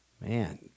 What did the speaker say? Man